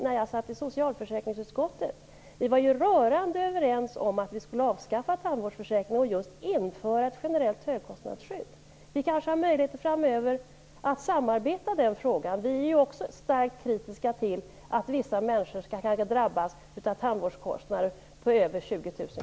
När jag satt i socialförsäkringsutskottet var vi rörande överens om att vi skulle avskaffa tandvårdsförsäkringen och införa just ett generellt högkostnadsskydd. Vi kanske har möjligheter framöver att samarbeta i den frågan. Vi är också starkt kritiska till att vissa människor kanske skall drabbas av tandvårdskostnader på över 20 000